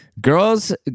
girls